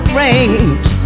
range